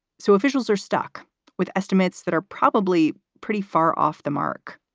so officials are stuck with estimates that are probably pretty far off the mark.